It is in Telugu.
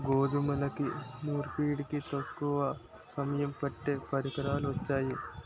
గోధుమల్ని నూర్పిడికి తక్కువ సమయం పట్టే పరికరాలు వొచ్చాయి